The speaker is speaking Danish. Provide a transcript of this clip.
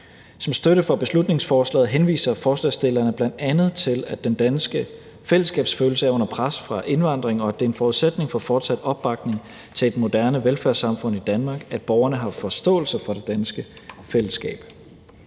Som støtte for beslutningsforslaget henviser forslagsstillerne bl.a. til, at den danske fællesskabsfølelse er under pres fra indvandring, og at det er en forudsætning for fortsat opbakning til et moderne velfærdssamfund i Danmark, at borgerne har forståelse for det danske fællesskab.